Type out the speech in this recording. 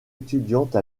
étudiante